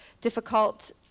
difficult